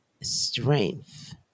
strength